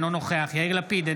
אינו נוכח יאיר לפיד,